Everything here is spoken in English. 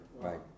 right